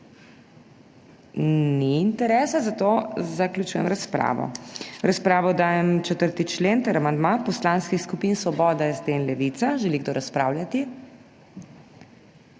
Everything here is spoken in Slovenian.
Ni interesa, zato zaključujem razpravo. V razpravo dajem 4. člen ter amandma poslanskih skupin Svoboda, SD in Levica. Želi kdo razpravljati?